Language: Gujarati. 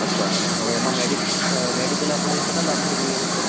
અચ્છા હવે એમાં મેડી મેડીકલ આપણે કેટલાં લાખનું જોઈએ છે સાહેબ